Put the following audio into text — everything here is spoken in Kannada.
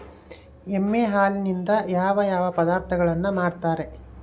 ಎಮ್ಮೆ ಹಾಲಿನಿಂದ ಯಾವ ಯಾವ ಪದಾರ್ಥಗಳು ಮಾಡ್ತಾರೆ?